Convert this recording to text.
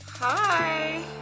Hi